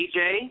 AJ